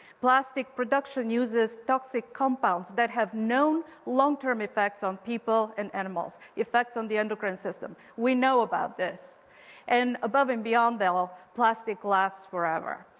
plastic production uses toxic compounds that have known long term effects on people and animals. effects on the endocrine system. we know about this and above and beyond that all, plastic lasts forever.